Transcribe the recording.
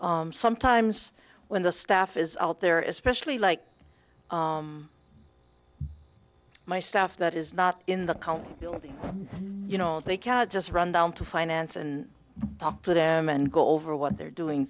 sometimes when the staff is out there is specially like my staff that is not in the county building you know they can just run down to finance and talk to them and go over what they're doing